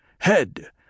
Head